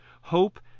Hope